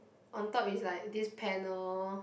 on top is like this panel